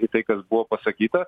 į tai kas buvo pasakyta